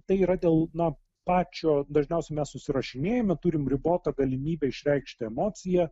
tai yra dėl na pačio dažniausiai mes susirašinėjame turim ribotą galimybę išreikšti emociją